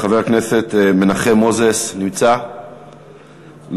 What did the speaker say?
חבר הכנסת מנחם מוזס, לא נמצא.